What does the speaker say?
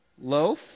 loaf